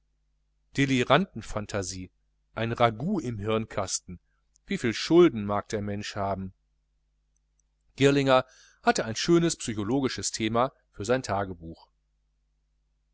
delirantenphantasie ein ragout im hirnkasten wie viel schulden mag der mensch haben girlinger hatte ein schönes psychologisches thema für sein tagebuch